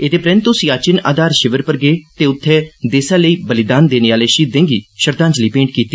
एदे परैन्त ओह सिचाचिन आधार शिविर पर गे ते उत्थे देसै लेई बलिदान देने आले शहीदें गी श्रद्दांजलि भेंट कीती